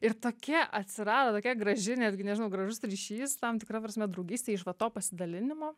ir tokia atsirado tokia graži netgi nežinau gražus ryšys tam tikra prasme draugystė iš va to pasidalinimo